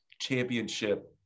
championship